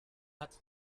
hat